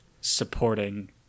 supporting